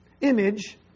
Image